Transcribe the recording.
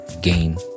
gain